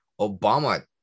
Obama